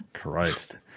Christ